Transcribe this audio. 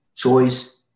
Choice